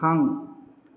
थां